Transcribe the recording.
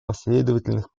последовательных